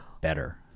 better